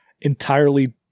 entirely